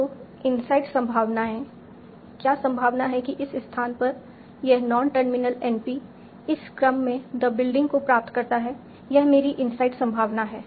तो इनसाइड संभावनाएं क्या संभावना है कि इस स्थान पर यह नॉन टर्मिनल NP इस क्रम में द बिल्डिंग को प्राप्त करता है यह मेरी इनसाइड संभावना है